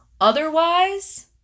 otherwise